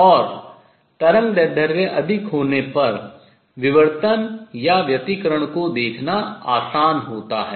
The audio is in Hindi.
और तरंगदैर्ध्य अधिक होने पर विवर्तन या व्यतिकरण को देखना आसान होता है